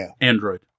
Android